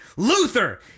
Luther